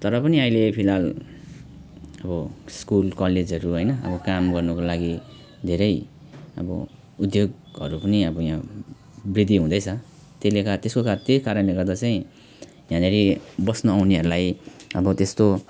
तर पनि अहिले फिलहाल यो स्कुल कलेजहरू होइन काम गर्नको लागि धेरै अब उद्योगहरू पनि अब यहाँ वृद्धि हुँदैछ त्यसले गर्दा त्यसको कारण त्यही कारणले गर्दा चाहिँ यहाँनेरि बस्न आउनेहरूलाई अब त्यस्तो